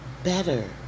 Better